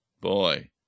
boy